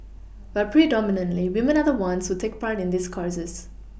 but predominantly women are the ones who take part in these courses